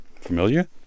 Familiar